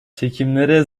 çekimlere